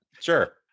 Sure